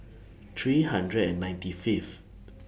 three hundred and ninety Fifth